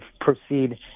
proceed